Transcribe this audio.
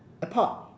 a pot